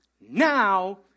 Now